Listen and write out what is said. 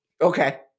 Okay